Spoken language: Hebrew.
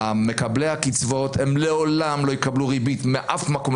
מקבלי הקצבאות לעולם לא יקבלו ריבית מאף מקום,